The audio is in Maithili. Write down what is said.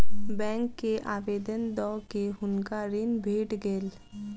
बैंक के आवेदन दअ के हुनका ऋण भेट गेल